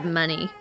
money